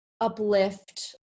uplift